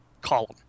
column